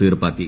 തീർപ്പാക്കി